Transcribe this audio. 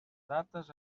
dates